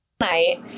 night